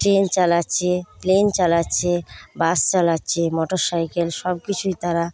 train চালাচ্ছে plane চালাচ্ছে bus চালাচ্ছে মোটর সাইকেল সব কিছুই তারা